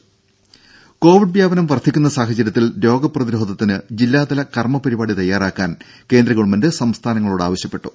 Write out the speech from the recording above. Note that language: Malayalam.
ദേദ കൊവിഡ് വ്യാപനം വർദ്ധിക്കുന്ന സാഹചര്യത്തിൽ രോഗപ്രതിരോധത്തിന് ജില്ലാതല കർമ്മ പരിപാടി തയ്യാറാക്കാൻ കേന്ദ്ര ഗവൺമെന്റ് സംസ്ഥാനങ്ങളോട് ആവശ്യപ്പെട്ടു